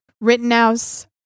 Rittenhouse